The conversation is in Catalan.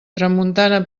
tramuntana